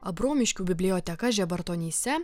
abromiškių biblioteka žebertonyse